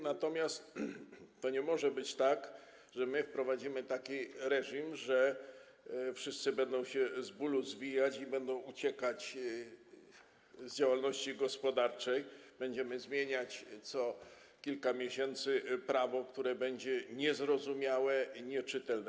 Natomiast to nie może być tak, że my wprowadzimy taki reżim, że wszyscy będą się z bólu zwijać i będą uciekać z działalności gospodarczej, będziemy zmieniać co kilka miesięcy prawo, które będzie niezrozumiałe i nieczytelne.